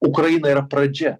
ukraina yra pradžia